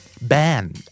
ban